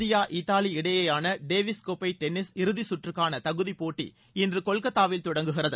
India Italy இடையேயான Davis கோப்பை tennis இறுதி கற்றுக்கான தகுதிப் போட்டி இன்று கொல்கத்தாவில் தொடங்குகிறது